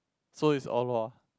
so it's Orh-Luak